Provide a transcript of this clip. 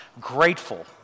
grateful